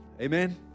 Amen